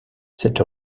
cette